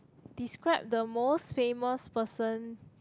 describe the most famous person